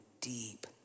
deep